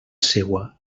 seua